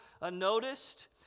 unnoticed